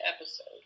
episode